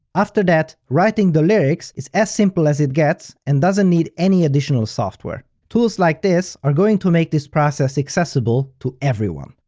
after that, writing the lyrics is as simple as it gets and doesn't need any additional software. tools like this are going to make this process accessible to everyone.